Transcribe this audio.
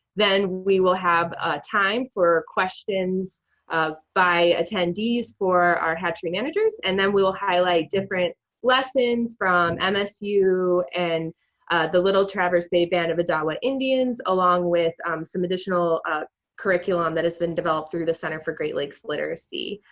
then we will have time for questions by attendees for our hatchery managers, and then we will highlight different lessons from and msu and the little traverse bay band of odawa indians along with some additional curriculum that has been developed through the center for great lakes literacy.